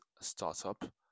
startup